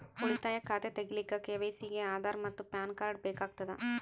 ಉಳಿತಾಯ ಖಾತಾ ತಗಿಲಿಕ್ಕ ಕೆ.ವೈ.ಸಿ ಗೆ ಆಧಾರ್ ಮತ್ತು ಪ್ಯಾನ್ ಕಾರ್ಡ್ ಬೇಕಾಗತದ